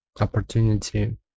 opportunity